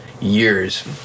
years